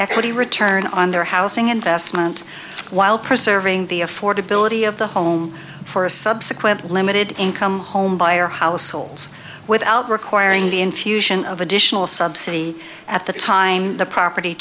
equity return on their housing investment while preserving the affordability of the home for a subsequent limited income home buyer households without requiring the infusion of additional son city at the time the property